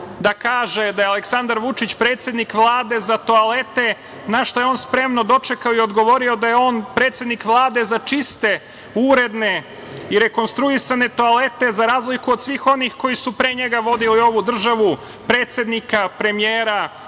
da kaže da je Aleksandar Vučić predsednik Vlade za toalete, na šta je on spremno dočekao i odgovorio da je on predsednik Vlade za čiste, uredne i rekonstruisane toalete, za razliku od svih onih koji su pre njega vodili ovu državu, predsednika, premijera,